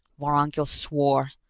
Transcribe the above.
vorongil swore,